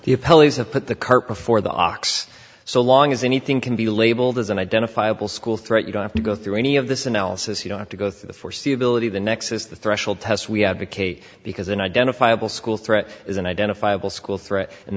i have put the cart before the ox so long as anything can be labeled as an identifiable school threat you don't have to go through any of this analysis you don't have to go through the foreseeability the next is the threshold test we have a case because an identifiable school threat is an identifiable school threat and